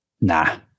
Nah